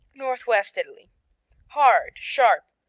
northwest italy hard, sharp,